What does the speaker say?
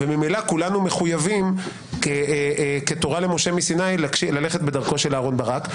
וממילא כולנו מחויבים כתורה למשה מסיני ללכת בדרכו של אהרון ברק,